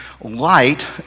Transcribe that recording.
light